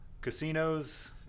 casinos